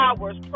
hours